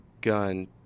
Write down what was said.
gun